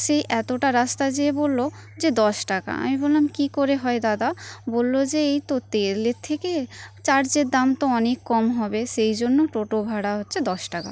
সে এতোটা রাস্তা যেয়ে বললো যে দশ টাকা আমি বললাম কী করে হয় দাদা বলল যে এই তো তেলের থেকে চার্জের দাম তো অনেক কম হবে সেই জন্য টোটো ভাড়া হচ্ছে দশ টাকা